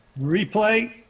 Replay